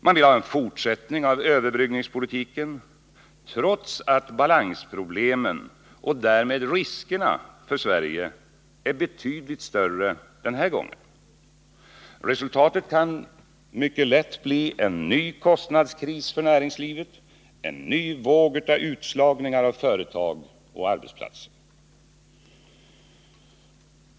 De vill ha en fortsättning av överbryggningspolitiken, trots att balansproblemen och därmed riskerna för Sverige är betydligt större denna gång. Resultatet kan mycket lätt bli en ny kostnadskris för näringslivet och en ny våg av utslagningar av företag och arbetsplatser.